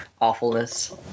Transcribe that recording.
awfulness